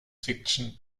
fiction